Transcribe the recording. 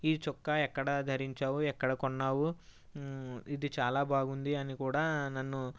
ఈ చొక్కా ఎక్కడ ధరించావు ఎక్కడ కొన్నావు ఇది చాలా బాగుంది అని కూడా నన్ను